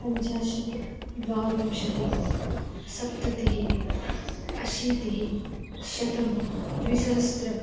पञ्चाशत् द्वाविंशतिः सप्ततिः अशीतिः शतं द्विसहस्रम्